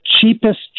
cheapest